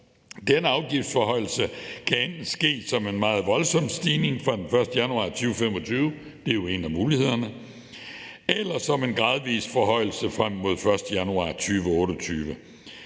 Denne afgiftsforhøjelse kan enten ske som en meget voldsom stigning fra den 1. januar 2025 – det er jo en af mulighederne – eller som en gradvis forhøjelse frem mod den 1. januar 2028.